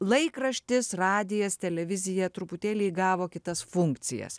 laikraštis radijas televizija truputėlį įgavo kitas funkcijas